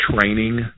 training